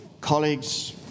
colleagues